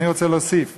אני רוצה להוסיף ולומר: